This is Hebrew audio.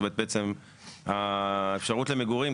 זאת אומרת האפשרות למגורים,